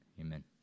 Amen